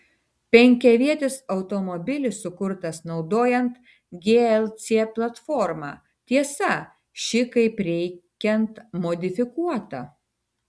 penkiavietis automobilis sukurtas naudojant glc platformą tiesa ši kaip reikiant modifikuota